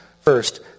First